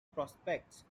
prospects